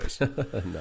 no